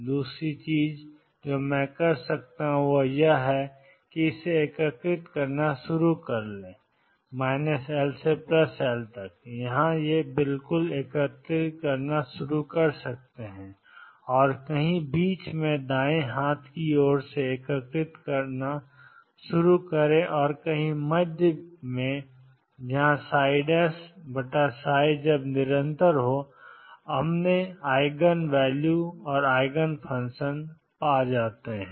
दूसरी चीज जो मैं कर सकता हूं वह यह है कि इसे एकीकृत करना शुरू करें एल एल यहां से एकीकृत करना शुरू करें और कहीं बीच में दाएं हाथ की ओर से एकीकृत करना शुरू करें और कहीं मध्य मैच में जब निरंतर है हमने आइगन वैल्यू और आइगन फंक्शन पाया है